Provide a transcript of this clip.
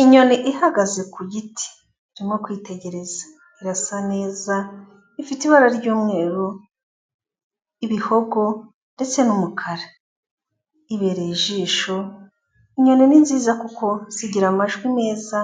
Inyoni ihagaze ku giti, irimo kwitegereza, irasa neza ifite ibara ry'umweru, ibihogo ndetse n'umukara, ibereye ijisho, inyoni ni nziza kuko zigira amajwi meza